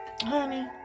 honey